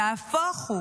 נהפוך הוא